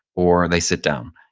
or they sit down.